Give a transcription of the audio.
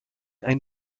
ein